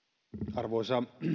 arvoisa